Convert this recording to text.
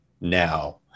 now